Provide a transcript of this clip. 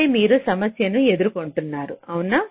ఇక్కడే మీరు సమస్యను ఎదుర్కొంటున్నారు అవునా